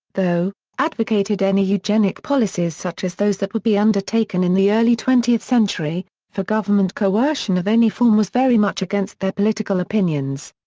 though, advocated any eugenic policies such as those that would be undertaken in the early twentieth century, for government coercion of any form was very much against their political opinions.